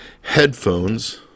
headphones